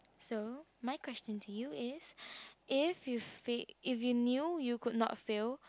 so my question to you is if you fa~ if you knew you could not fail